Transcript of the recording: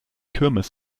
kirmes